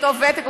אותו ותק,